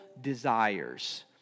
desires